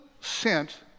sent